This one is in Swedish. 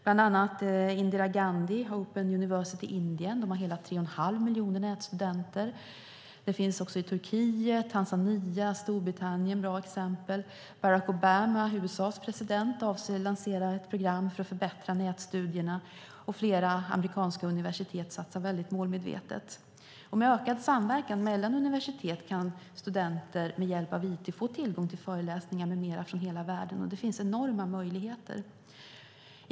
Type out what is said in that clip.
Bland annat finns Indira Gandhi National Open University i Indien, som har hela tre och en halv miljon nätstudenter. Det finns också bra exempel i Turkiet, Tanzania och Storbritannien. Barack Obama, USA:s president, avser att lansera ett program för att förbättra nätstudierna, och flera amerikanska universitet satsar väldigt målmedvetet. Med ökad samverkan mellan universitet kan studenter med hjälp av it få tillgång till föreläsningar med mera från hela världen. Det finns enorma möjligheter.